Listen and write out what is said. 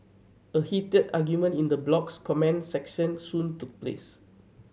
a heated argument in the blog's comment section soon took place